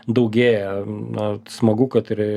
daugėja na smagu kad ir